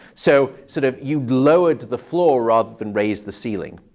so sort of you'd lowered the floor rather than raise the ceiling.